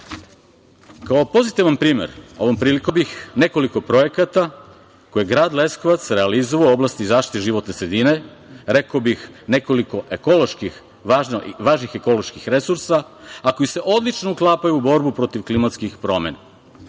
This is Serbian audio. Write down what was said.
pozitivan primer ovom prilikom naveo bih nekoliko projekata koje je grad Leskovac realizovao u oblasti zaštite životne sredine. Rekao bih nekoliko važnih ekoloških resursa, a koji se odlično uklapaju u borbu protiv klimatskih promena.